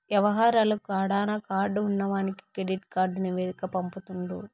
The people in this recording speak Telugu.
యవహారాలు కడాన కార్డు ఉన్నవానికి కెడిట్ కార్డు నివేదిక పంపుతుండు